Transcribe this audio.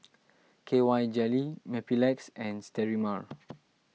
K Y Jelly Mepilex and Sterimar